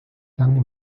lang